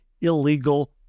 illegal